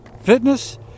fitness